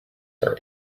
are